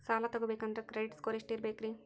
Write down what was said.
ಸಾಲ ತಗೋಬೇಕಂದ್ರ credit score ಎಷ್ಟ ಇರಬೇಕ್ರಿ?